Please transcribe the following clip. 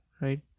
right